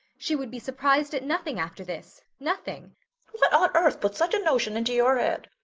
she would be surprised at nothing after this! nothing! what on earth put such a notion into your head?